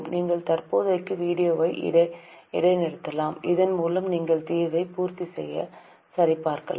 நீங்கள் தற்போதைக்கு வீடியோவை இடைநிறுத்தலாம் இதன் மூலம் நீங்கள் தீர்வை பூர்த்தி செய்து சரிபார்க்கலாம்